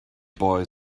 boy